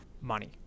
Money